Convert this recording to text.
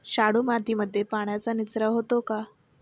शाडू मातीमध्ये पाण्याचा निचरा होतो का?